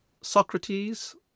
Socrates